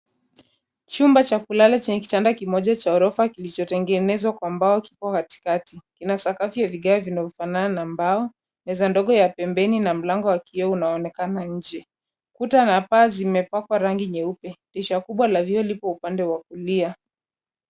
Chumba cha kulala chenye kitanda kimoja cha ghorofa kilichotengenezwa kwa mbao kipo katikati. Kina sakafu ya vigae vinavyofanana na mbao, meza ndogo ya pembeni na mlango wa kioo unaoonekana nje. Kuta na paa zimepakwa rangi nyeupe. Dirisha kubwa la vioo lipo upande wa kulia.